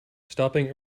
stopping